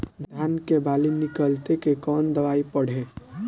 धान के बाली निकलते के कवन दवाई पढ़े?